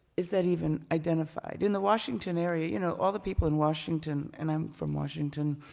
is that even identified? in the washington area, you know all the people in washington, and i'm from washington,